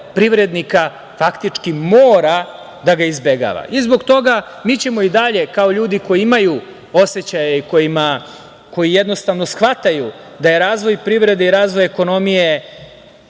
privrednika faktički mora da ga izbegava. Zbog toga mi ćemo i dalje, kao ljudi koji imaju osećaje i koji jednostavno shvataju da je razvoj privrede i razvoj ekonomije,